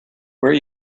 where